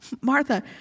Martha